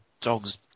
dog's